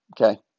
Okay